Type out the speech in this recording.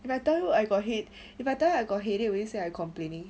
if I tell you I got head if I told you I got headache will you say I complaining